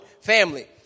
family